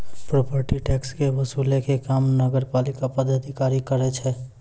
property tax के वसूलै के काम नगरपालिका प्राधिकरण करै छै